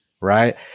right